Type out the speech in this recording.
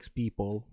people